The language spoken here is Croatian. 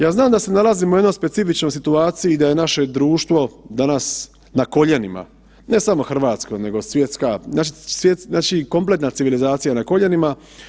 Ja znam da se nalazimo u jednoj specifičnoj situaciji, da je naše društvo danas na koljenima, ne samo Hrvatska nego svjetska, znači kompletna civilizacija je na koljenima.